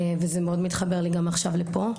וזה מאוד מתחבר לי גם עכשיו לפה.